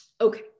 Okay